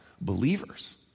believers